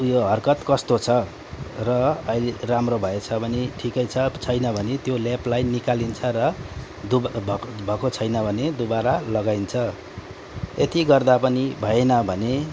उयो हर्कत कस्तो छ र अलि राम्रो भएछ भने ठिकै छ छैन भने त्यो लेपलाई निकालिन्छ र भएको छैन भने दुबारा लगाइन्छ यति गर्दा पनि भएन भने